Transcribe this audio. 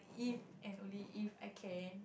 if and only if I can